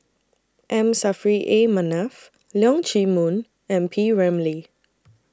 M Saffri A Manaf Leong Chee Mun and P Ramlee